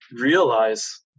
realize